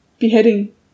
beheading